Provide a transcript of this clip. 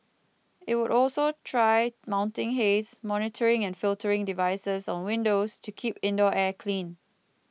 it will also try mounting haze monitoring and filtering devices on windows to keep indoor air clean